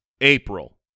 April